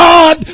God